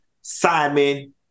Simon